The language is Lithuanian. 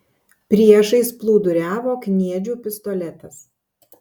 priešais plūduriavo kniedžių pistoletas